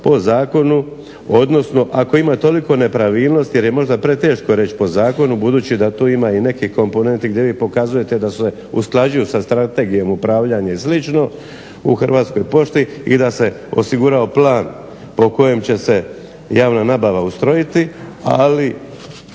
po zakonu, odnosno ako ima toliko nepravilnosti jer je možda preteško reći po zakonu budući da tu ima i nekih komponentni gdje vi pokazujete da se usklađuju sa Strategijom upravljanja i slično u Hrvatskoj pošti i da se osigurao plan po kojem će se javna nabava ustrojiti da